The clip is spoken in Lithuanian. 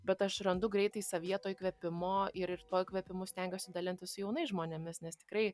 bet aš randu greitai savyje to įkvėpimo ir ir tuo įkvėpimu stengiuosi dalintis su jaunais žmonėmis nes tikrai